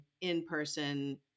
in-person